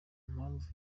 mpamvu